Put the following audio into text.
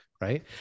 Right